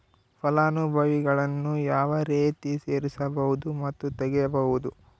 ಫಲಾನುಭವಿಗಳನ್ನು ಯಾವ ರೇತಿ ಸೇರಿಸಬಹುದು ಮತ್ತು ತೆಗೆಯಬಹುದು?